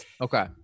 Okay